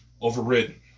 overridden